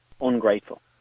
ungrateful